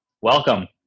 Welcome